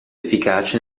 efficace